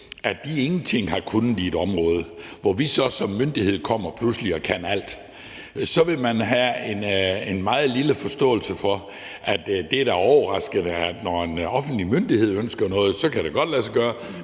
til ingenting at kunne i et område og vi så som myndighed kommer og pludselig kan alt, vil man have en meget lille forståelse for det. For det er da overraskende, at når en offentlig myndighed ønsker noget, kan det godt lade sig gøre,